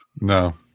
No